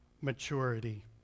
maturity